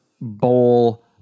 bowl